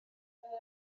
دهم